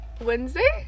Wednesday